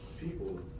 people